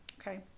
okay